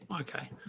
okay